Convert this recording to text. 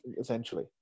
Essentially